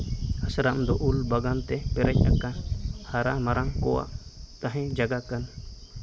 ᱟᱥᱨᱚᱢ ᱫᱚ ᱩᱞ ᱵᱟᱜᱟᱱ ᱛᱮ ᱯᱮᱨᱮᱡᱽ ᱟᱠᱟᱱ ᱦᱟᱨᱟ ᱢᱟᱨᱟᱝ ᱠᱚᱣᱟᱜ ᱛᱟᱦᱮᱱ ᱡᱟᱭᱜᱟ ᱠᱟᱱᱟ